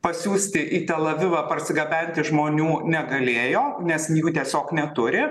pasiųsti į tel avivą parsigabenti žmonių negalėjo nes jų tiesiog neturi